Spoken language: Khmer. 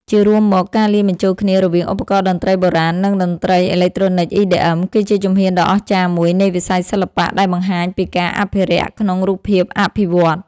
ជារួមមក ការលាយបញ្ចូលគ្នារវាងឧបករណ៍តន្ត្រីបុរាណ និងតន្ត្រីអេឡិចត្រូនិក EDM គឺជាជំហានដ៏អស្ចារ្យមួយនៃវិស័យសិល្បៈដែលបង្ហាញពីការអភិរក្សក្នុងរូបភាពអភិវឌ្ឍ។